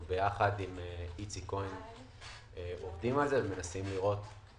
ביחד עם השר איציק כהן אנחנו עובדים על זה ומנסים לראות.